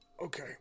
Okay